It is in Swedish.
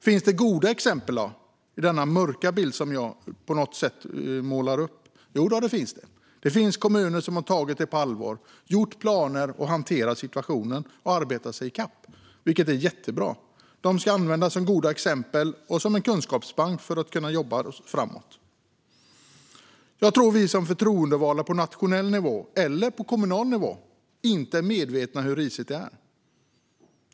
Finns det goda exempel i den mörka bild som jag på något sätt målar upp? Jo, det finns det. Det finns kommuner som har tagit detta på allvar, som har gjort planer, hanterat situationen och arbetat sig i kapp, vilket är jättebra. De ska användas som goda exempel och som en kunskapsbank i arbetet framåt. Jag tror att vi som är förtroendevalda på nationell nivå eller på kommunal nivå inte är medvetna om hur risigt det är.